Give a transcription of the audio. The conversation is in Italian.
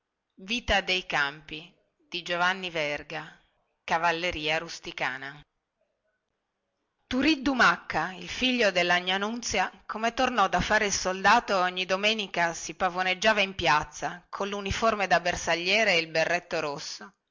testo è stato riletto e controllato cavalleria rusticana turiddu macca il figlio della gnà nunzia come tornò da fare il soldato ogni domenica si pavoneggiava in piazza colluniforme da bersagliere e il berretto rosso